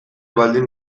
baldin